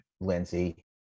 Lindsay